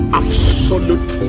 absolute